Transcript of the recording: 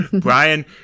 Brian